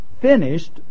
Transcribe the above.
finished